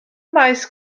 maes